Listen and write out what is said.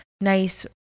nice